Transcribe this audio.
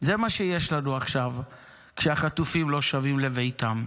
זה מה שיש לנו עכשיו כשהחטופים לא שבים לביתם.